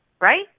right